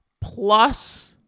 plus